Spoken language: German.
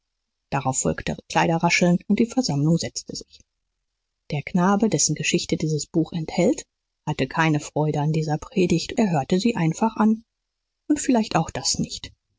darauf folgte kleiderrascheln und die versammlung setzte sich der knabe dessen geschichte dieses buch enthält hatte keine freude an dieser predigt er hörte sie einfach an und vielleicht auch das nicht